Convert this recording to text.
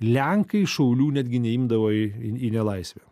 lenkai šaulių netgi neimdavo į į nelaisvę